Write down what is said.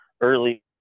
early